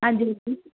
ਹਾਂਜੀ ਦੱਸੋ